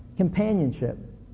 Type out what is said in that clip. companionship